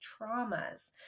traumas